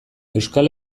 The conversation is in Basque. euskal